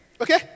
okay